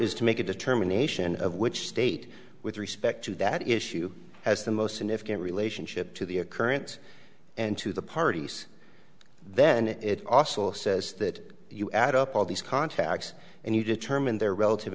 is to make a determination of which state with respect to that issue has the most significant relationship to the occurrence and to the parties then it also says that you add up all these contacts and you determine their relative